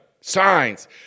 signs